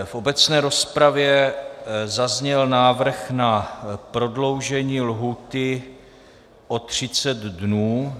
V obecné rozpravě zazněl návrh na prodloužení lhůty o třicet dnů.